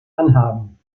anhaben